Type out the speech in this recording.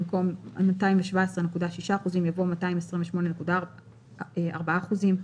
במקום "217.6%" יבוא "228.4%".